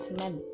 men